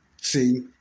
See